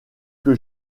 que